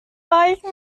reichen